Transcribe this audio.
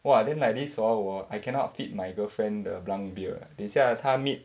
!wah! then like this hor 我 I cannot feed my girlfriend the Blanc beer 等一下她 meet